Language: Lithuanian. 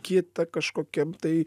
kitą kažkokiam tai